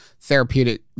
therapeutic